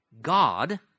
God